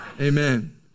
Amen